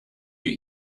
you